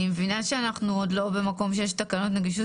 אני מבינה שאנחנו עוד לא במקום שיש תקנות נגישות